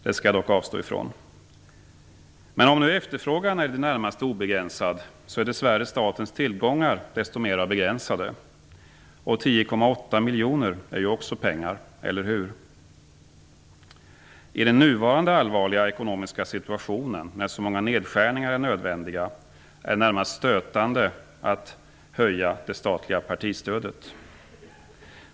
Det skall jag dock avstå ifrån. Om nu efterfrågan är i det närmast obegränsad är dessvärre statens tillgångar desto mer begränsade. 10,8 miljoner är ju också pengar, eller hur? I den nuvarande allvarliga ekonomiska situationen, när så många nedskärningar är nödvändiga, är det närmast stötande att höja det statliga partistödet.